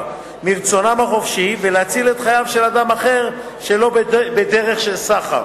מרצונם החופשי ולהציל את חייו של אדם אחר שלא בדרך של סחר.